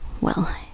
Well